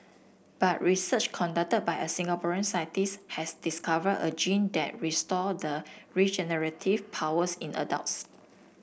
but research conducted by a Singaporean scientist has discovered a gene that restore the regenerative powers in adults